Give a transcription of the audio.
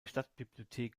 stadtbibliothek